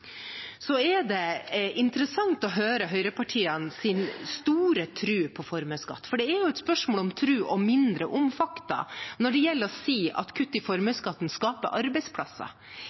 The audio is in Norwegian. er interessant å høre høyrepartienes store tro på formuesskatt. For det er jo et spørsmål om tro og mindre om fakta når man sier at kutt i formuesskatten skaper arbeidsplasser.